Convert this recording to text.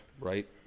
right